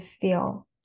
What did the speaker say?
feel